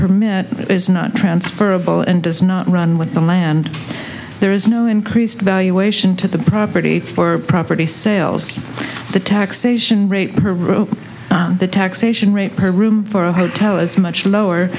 permit is not transferable and does not run with the land there is no increased valuation to the property for property sales the taxation rate the taxation rate per room for a hotel is much lower